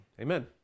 amen